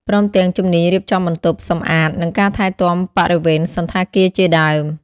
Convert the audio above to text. ព្រមទាំងជំនាញរៀបចំបន្ទប់ សម្អាត និងការថែទាំបរិវេណសណ្ឋាគារជាដើម។